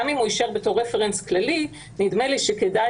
גם אם הוא יישאר בתור רפרנס כללי נדמה לי שכדאי